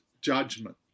judgment